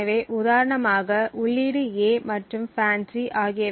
எனவே உதாரணமாக உள்ளீடு A மற்றும் FANCI ஆகியவை 0